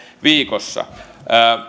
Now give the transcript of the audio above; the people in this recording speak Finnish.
viikossa